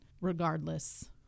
regardless